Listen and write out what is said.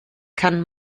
kann